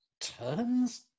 turns